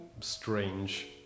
strange